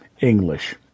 English